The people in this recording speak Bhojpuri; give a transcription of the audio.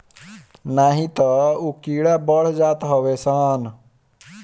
नाही तअ उ कीड़ा बढ़त जात हवे सन